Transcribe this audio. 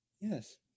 Yes